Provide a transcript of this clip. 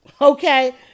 okay